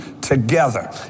together